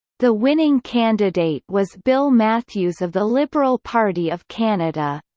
the winning candidate was bill matthews of the liberal party of canada.